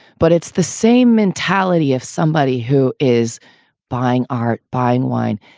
but it's the same mentality of somebody who is buying art, buying wine.